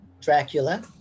Dracula